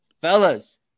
fellas